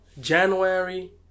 January